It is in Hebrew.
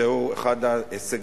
זהו אחד ההישגים,